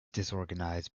disorganized